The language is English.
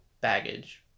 baggage